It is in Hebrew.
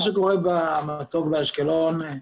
מה שקורה במצוק באשקלון,